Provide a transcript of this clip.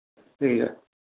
ਠੀਕ ਹੈ